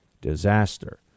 disaster